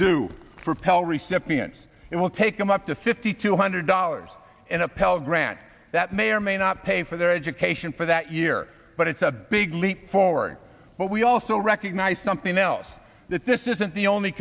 do for pell recipients it will take them up to fifty two hundred dollars in a pell grant that may or may not pay for their education for that year but it's a big leap forward but we also recognize something else that this isn't the only